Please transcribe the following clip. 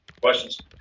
Questions